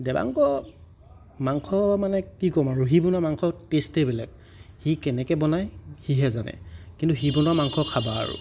দেবাঙ্গ মাংস মানে কি ক'ম আৰু সি বনোৱা মাংস টেষ্টেই বেলেগ সি কেনেকৈ বনাই সিহে জানে কিন্তু সি বনোৱা মাংস খাবা আৰু